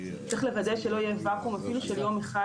צריך לוודא שלא יהיה ואקום אפילו של יום אחד